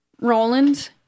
roland